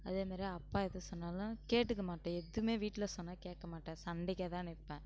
அதே மாதிரி அப்பா எது சொன்னாலும் கேட்டுக்க மாட்டேன் எதுவும் வீட்டில் சொன்னால் கேட்க மாட்டேன் சண்டைக்கே தான் நிற்பேன்